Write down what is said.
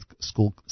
School